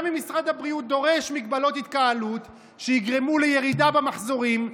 גם אם משרד הבריאות דורש הגבלות התקהלות שיגרמו לירידה במחזורים,